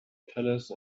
palace